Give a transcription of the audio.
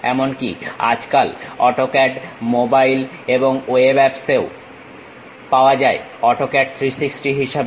এমনকি আজকাল AutoCAD mobile এবং ওয়েব অ্যাপস এও পাওয়া যায় অটোক্যাড 360 হিসাবে